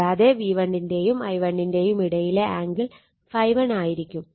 കൂടാതെ V1 ൻറെയും I1 ന്റെയും ഇടയിലെ ആംഗിൾ ∅1 ആയിരിക്കും